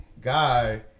guy